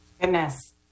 Goodness